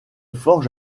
forge